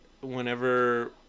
whenever